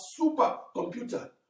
supercomputer